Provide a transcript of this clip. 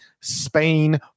Spain